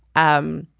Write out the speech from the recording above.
i'm